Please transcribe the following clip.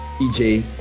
EJ